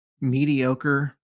mediocre